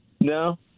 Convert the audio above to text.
No